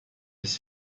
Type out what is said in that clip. his